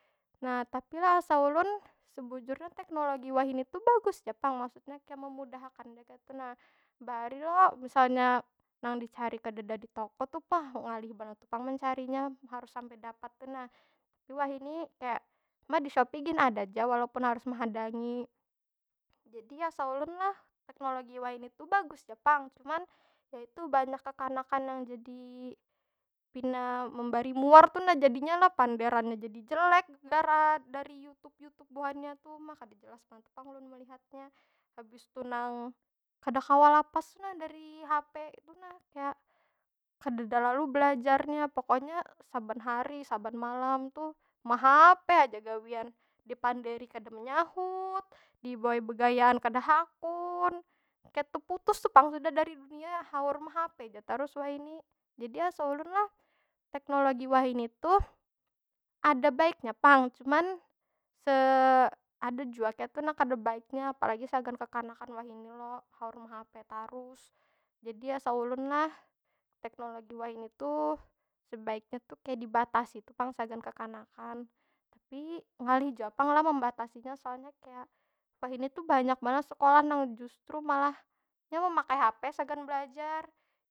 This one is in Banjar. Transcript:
Nah tapi lah asa ulun, sebujurnya teknologi wahini tu bagus ja pang. Maksudnya kaya memudah akan ja kaytu nah. Bahari lo misalnya nang dicari kadeda di toko tu ngalih banar tu pang mencarinya. Harus sampai dapat tu nah. Tapi wahini, ma di shopee gin ada ja walaupun harus mehadangi. Jadi asa ulun lah, teknologi wahini tu bagus ja pang. Cuman, yaitu banyak kekanakan nang jadi pina membari muar tu nah jadinya lo. Panderannya jadi jelek, gegara dari youtube- youtube buhannya tuh. Ma kada jelas banar pang ulun melihatnya. Habis tu nang kada kawa lapas tu nah dari hape tu nah. Kaya kadeda lalu belajarnya, pokonya saban hari saban malam tu mahape aja gawian. Dipandiri kada menyahut, dibawai begayaan kada hakun. Kaya teputus tu pang sudah dari dunia, haur mehape ja tarus wahini. Jadi asa ulun lah, teknologi wahini tuh ada baiknya pang. Cuma ada jua kaytu nah kada baiknya. Apalagi sagan kekanakan wahini lo, haur mehape tarus. Jadi asa ulun lah, teknologi wahini tuh sebaiknya tu kaya dibatasi tu pang sagan kekanakan. Tapi ngalih jua pang lah membatasinya. Soalnya kaya, wahini tuh banyak banar sekolah nang justru malah nya memakai hape sagan belajar.